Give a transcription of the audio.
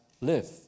live